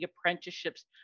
apprenticeships